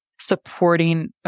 supporting